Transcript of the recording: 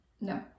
no